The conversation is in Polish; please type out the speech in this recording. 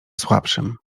słabszym